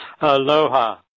aloha